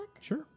Sure